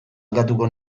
aldatuko